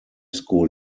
school